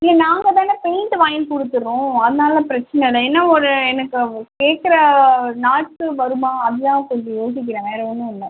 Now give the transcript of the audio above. இல்லை நாங்கள் தானே பெயிண்ட் வாங்கிக் கொடுத்துட்றோம் அதனால் பிரச்சினை இல்லை என்ன ஒரு எனக்கு கேட்குற நாளுக்கு வருமா அதுதான் கொஞ்சம் யோசிக்கிறேன் வேறு ஒன்றும் இல்லை